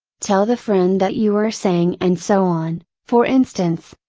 tell the friend that you are saying and so on, for instance,